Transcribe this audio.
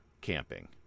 camping